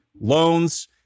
loans